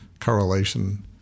correlation